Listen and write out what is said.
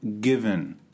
given